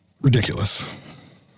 Ridiculous